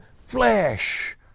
flesh